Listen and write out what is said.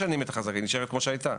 היא נשארת כמו שהיא הייתה.